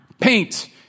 paint